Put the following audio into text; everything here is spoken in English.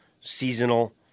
seasonal